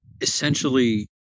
essentially